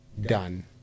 done